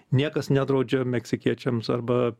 niekas nedraudžia meksikiečiams arba